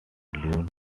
lyons